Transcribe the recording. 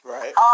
Right